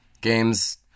games